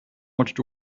watched